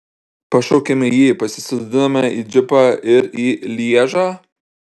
pašaukiame jį pasisodiname į džipą ir į lježą